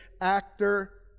actor